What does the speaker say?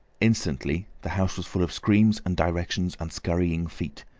instantly the house was full of screams and directions, and scurrying feet.